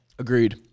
Agreed